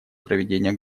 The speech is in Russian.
проведения